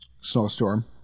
Snowstorm